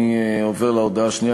(נספחות.) אני עובר להודעה השנייה.